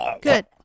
Good